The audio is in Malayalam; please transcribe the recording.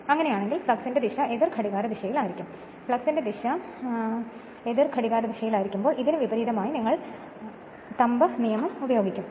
അങ്ങനെയെങ്കിൽ ഫ്ലക്സിന്റെ ദിശ എതിർ ഘടികാരദിശയിലായിരിക്കും ഫ്ളക്സിന്റെ ദിശ എതിർ ഘടികാരദിശയിലായിരിക്കും ഇത് ഇതിന് വിപരീതമായി നിങ്ങൾ തമ്പ്നിയമം ഉപയോഗിക്കും